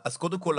אז קודם כל,